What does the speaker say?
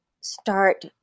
start